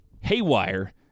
haywire